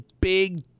big